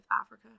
africa